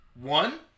One